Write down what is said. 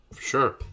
Sure